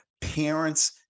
parents